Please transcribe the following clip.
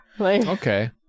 Okay